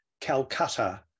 Calcutta